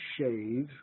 shave